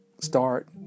start